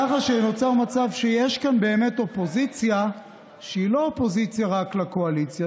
ככה שנוצר מצב שיש כאן באמת אופוזיציה שהיא לא אופוזיציה רק לקואליציה,